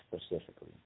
specifically